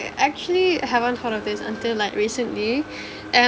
I actually haven't heard of this until like recently and I